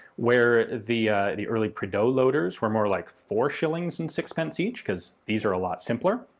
where the the early prideaux loaders were more like four shillings and six pence each, because these are a lot simpler.